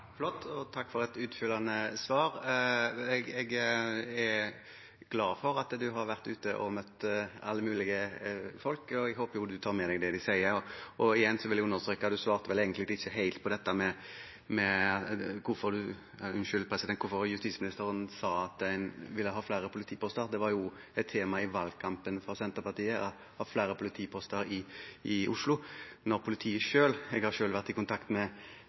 og takk for et utfyllende svar. Jeg er glad for at statsråden har vært ute og møtt alle mulige slags folk, og håper at hun også tar med seg det de sier. Jeg vil igjen bare understreke: Statsråden svarte vel egentlig ikke helt på hvorfor hun sa at en ville ha flere politiposter. Å ha flere politiposter i Oslo var også et tema for Senterpartiet i valgkampen. Men jeg har selv vært i kontakt med politifolk og forbundet, som sier at de heller vil ha politifolk enn politikontorer. Jeg